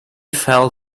fell